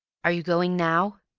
are you going now?